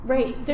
Right